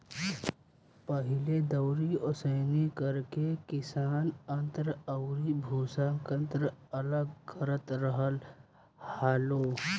पहिले दउरी ओसौनि करके किसान अन्न अउरी भूसा, कन्न अलग करत रहल हालो